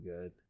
good